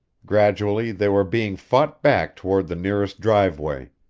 gradually they were being fought back toward the nearest driveway.